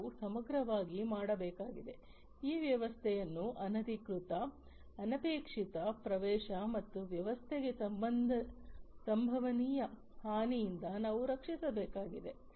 ನಾವು ಸಮಗ್ರವಾಗಿ ಮಾಡಬೇಕಾಗಿದೆ ಈ ವ್ಯವಸ್ಥೆಯನ್ನು ಅನಧಿಕೃತ ಅನಪೇಕ್ಷಿತ ಪ್ರವೇಶ ಮತ್ತು ವ್ಯವಸ್ಥೆಗೆ ಸಂಭವನೀಯ ಹಾನಿಯಿಂದ ನಾವು ರಕ್ಷಿಸಬೇಕಾಗಿದೆ